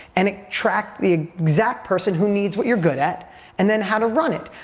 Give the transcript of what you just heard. and it tracks the exact person who needs what you're good at and then how to run it.